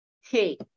Hey